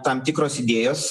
tam tikros idėjos